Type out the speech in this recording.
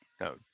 no